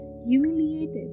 Humiliated